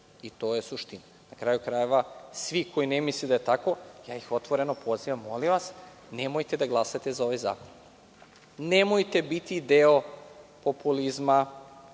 i to je suština. Na kraju krajeva, svi koji ne misle da je tako, ja ih otvoreno pozivam – molim vas, nemojte da glasate za ovaj zakon. Nemojte biti deo populizma,